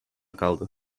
kaldı